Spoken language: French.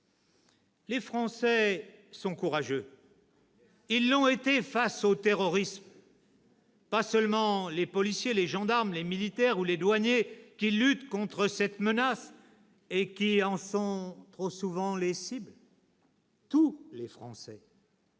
Les Français sont courageux. »!« Ils l'ont été face au terrorisme : pas seulement les policiers, les gendarmes, les militaires ou les douaniers qui luttent contre cette menace et qui en sont trop souvent les cibles, tous les Français